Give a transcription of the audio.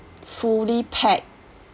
fully packed